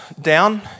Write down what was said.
down